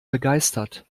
begeistert